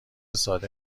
ساده